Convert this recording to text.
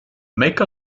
make